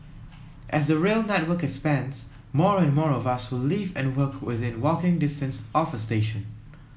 as the rail network expands more and more of us will live and work within walking distance of a station